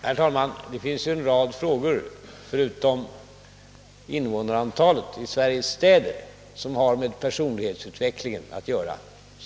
Herr talman! I skolan behandlas ju en rad frågor förutom invånarantalet i Sveriges städer som har med personlighetsutvecklingen att göra.